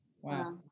Wow